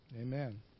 Amen